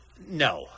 No